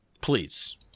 Please